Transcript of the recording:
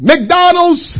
McDonald's